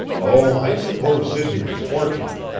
oh, i suppose sidney was fortunate.